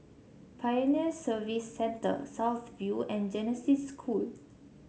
Pioneer Service Center South View and Genesis School